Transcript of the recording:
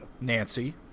Nancy